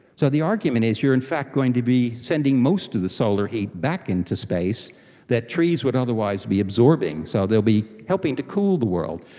so the argument is you are in fact going to be sending most of the solar heat back into space that trees would otherwise be absorbing. so they will be helping to cool the world.